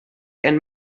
and